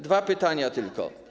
Dwa pytania tylko.